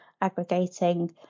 aggregating